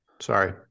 sorry